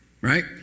right